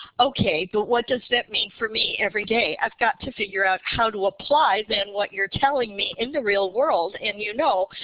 okay, but what does that mean for me every day? i've got to figure out how to apply, then, what you're telling me in the real world. and you know,